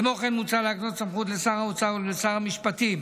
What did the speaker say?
כמו כן, מוצע להקנות סמכות לשר האוצר ולשר המשפטים